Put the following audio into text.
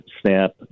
snap